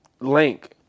link